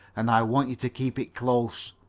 and i want you to keep it close.